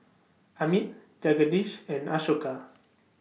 Amit Jagadish and Ashoka